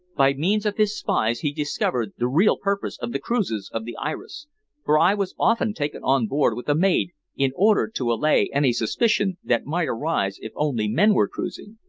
by means of his spies he discovered the real purpose of the cruises of the iris for i was often taken on board with a maid in order to allay any suspicion that might arise if only men were cruising.